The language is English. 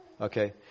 Okay